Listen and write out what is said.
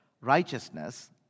righteousness